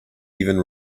even